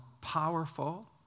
powerful